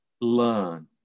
learn